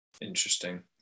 Interesting